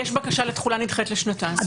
יש בקשה לתחולה נדחית לשנתיים.